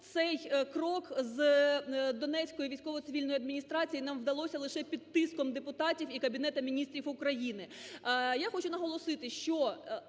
цей крок з Донецької військово-цивільної адміністрації нам вдалося лише під тиском депутатів і Кабінету Міністрів України. Я хочу наголосити, що